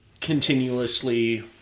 continuously